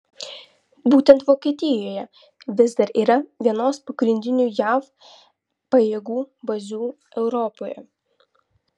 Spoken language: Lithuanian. būtent vokietijoje vis dar yra vienos pagrindinių jav pajėgų bazių europoje